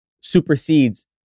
supersedes